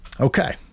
Okay